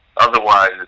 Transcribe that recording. Otherwise